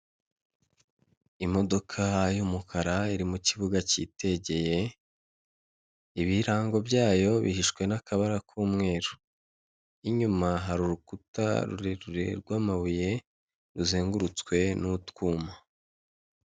Imodoka y'umukara iri mu kibuga kitegeye, ibirango byayo bihishwe n'akabara k'umweru inyuma hari urukuta rurerure rw'amabuye ruzengurutswe n'utwuma.